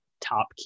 top